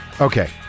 Okay